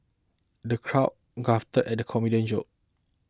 the crowd guffawed at comedian joke